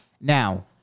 Now